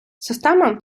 система